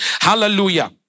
hallelujah